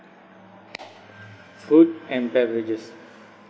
food and beverages